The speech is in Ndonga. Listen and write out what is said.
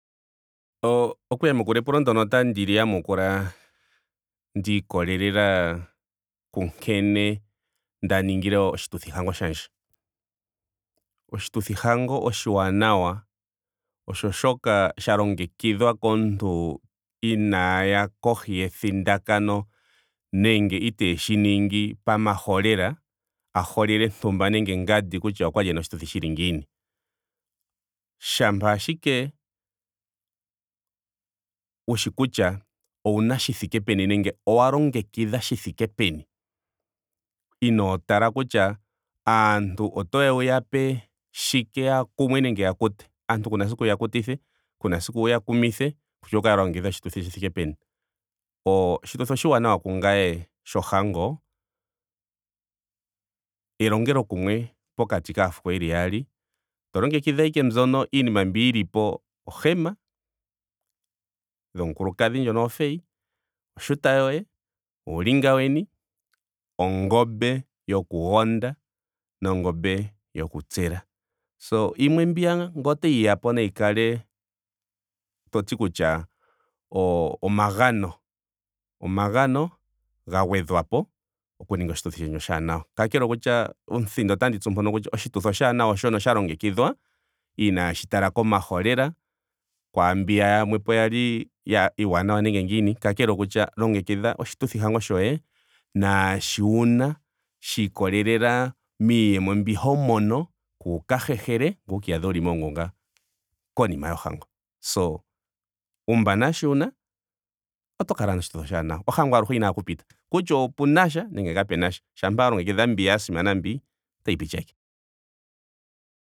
Okuyamukula epulo ndyoka otandi li yamukula ndiikolelela kunkene nda ningile oshituthi hango shandje. oshituthi hangano oshaanawa oshooka sha longekidhwa komuntu inaaya kohi yethindakano nenge iteeshi ningi pamaholela. a holele ntumba nenge ngandi kutya okwali ena oshituthi shili ngiini. Shampa ashike wushi kutya owuna shi thike peni nenge owa longekidha shi thike peni. inoo tala kutya aantu otoya wu ya pe shike ya kumwe nengge ya kutee. aantu kuna esiku wuya kutithe. kuna esiku wuya kumithe. kutya owu kale wa longekidha oshituthi shi thike peni. oo oshituthi oshaanawa kungame shohango. elongelokumwe pokati kaafuko yeli yaali. to longekidha ashike mbyono. iinima mbi yili po ohema. yomukulukadhi ndjono ofeyi. oshuta yoye. uulinga weni. ongombe yoku gonda. nongombe yoku tsela. So yimwe mbiya ngele otayi yapo nayi kale toti kutya o- omagano. omagano ga gwedhwapo oku ninga oshituthi sheni oshaanawa. kakele okutya omuthindo otandi tsu mpono kutya oshituthi oshaanawa ooshono sha longekidhwa inaashi tala komaholela. kwaambi yimwe po yali iiwanawa nenge niingi. kakele okugya ashike longekidha oshituthi hango shoye naashi wuna. shiikolelela miiyemo mbi ho mono. kuu ka hehele. ngoye wuka iyadhe wuli moongunga konima yohango. So uumba naasho wuna oto kala noshituthi oshaanawa. Ohango aluhe oyina ashike oku pita kutya opena nasha nenge kapena sha. shampa ashike wa longekidha mbi ya simana otayi piti ashike